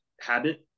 habit